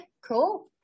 Cool